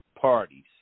parties